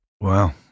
Wow